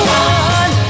one